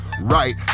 Right